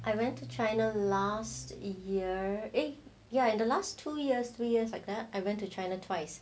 I went to china last year ah ya in the last two years two years like then I went to china twice